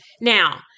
Now